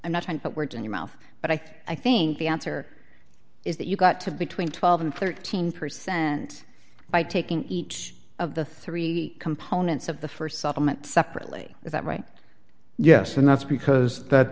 i'm not trying to put words in your mouth but i i think the answer is that you got to between twelve and thirteen percent by taking each of the three components of the st settlement separately is that right yes and that's because th